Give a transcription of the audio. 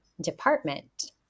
department